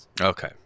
okay